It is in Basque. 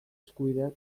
eskubideak